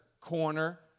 corner